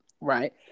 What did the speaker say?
Right